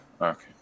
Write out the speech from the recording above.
Okay